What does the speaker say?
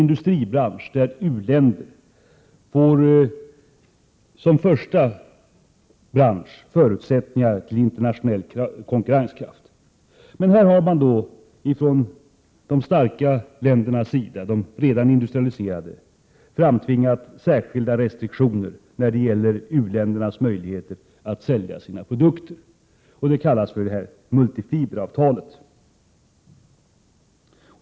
I u-länder får denna bransch som första bransch förutsättningar till internationell konkurrenskraft. Men de starka, industrialiserade länderna har framtvingat särskilda restriktioner i vad gäller u-ländernas möjligheter att sälja sina produkter. Det har man gjort genom det s.k. multifiberavtalet.